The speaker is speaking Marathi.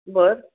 बरं